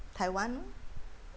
taiwan